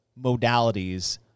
modalities